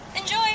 Enjoy